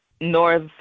north